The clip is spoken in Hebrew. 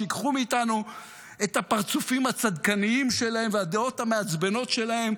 שייקחו מאיתנו את הפרצופים הצדקניים שלהם ואת הדעות המעצבנות שלהם,